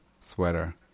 sweater